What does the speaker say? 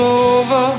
over